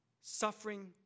Suffering